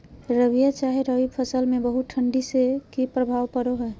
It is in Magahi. रबिया चाहे रवि फसल में बहुत ठंडी से की प्रभाव पड़ो है?